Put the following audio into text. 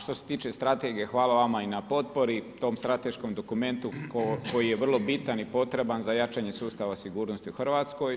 Što se tiče strategiji hvala vama i na potpori tom strateškom dokumentu koji je vrlo bitan i potreban za jačanje sustava sigurnosti u Hrvatskoj.